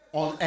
on